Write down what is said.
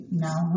now